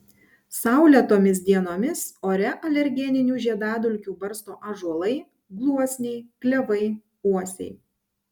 saulėtomis dienomis ore alergeninių žiedadulkių barsto ąžuolai gluosniai klevai uosiai